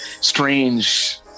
strange